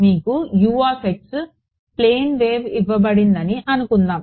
మీకు plane wave ఇవ్వబడిందని అనుకుందాం